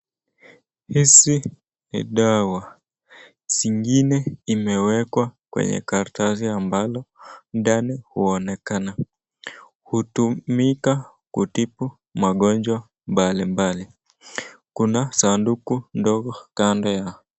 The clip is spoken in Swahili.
Hizi ni dawa. Zingine imewekwa kwenye karatasi ambalo ndani huonekana. Hutumika kutibu magonjwa mbali mbali. Kuna sanduku ndogo kando yao.